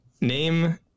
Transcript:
Name